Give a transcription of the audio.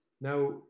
Now